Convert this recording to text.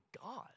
God